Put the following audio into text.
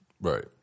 Right